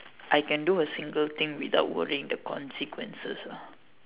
I can do a single thing without worrying the consequences ah